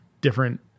different